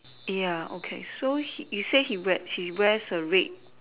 ya okay so he you say he wear he wears a red